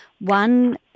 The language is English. one